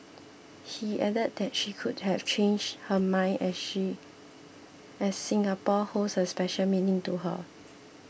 he added that she could have changed her mind as she a Singapore holds a special meaning to her